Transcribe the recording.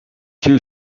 two